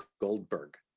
goldberg